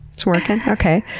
it's working, okay.